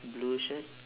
blue shirt